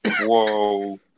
whoa